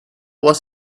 was